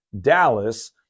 Dallas